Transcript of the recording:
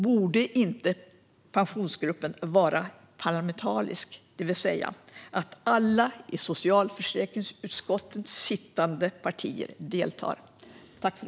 Borde inte gruppen vara parlamentarisk, det vill säga att alla i socialförsäkringsutskottet sittande partier deltar?